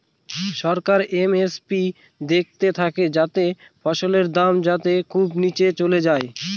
সরকার MSP দেখতে থাকে যাতে ফসলের দাম যাতে খুব নীচে চলে যায়